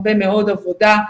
הרבה מאוד עבודה.